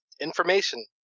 information